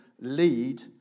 lead